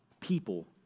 people